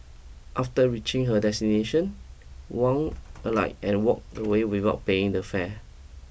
after reaching her destination Huang alight and walk away without paying the fare